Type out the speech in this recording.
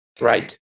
right